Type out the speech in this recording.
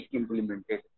implemented